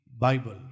Bible